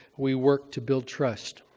we work to build trust.